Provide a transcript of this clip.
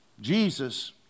Jesus